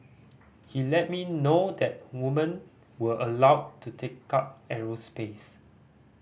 he let me know that woman were allowed to take up aerospace